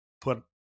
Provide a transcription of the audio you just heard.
put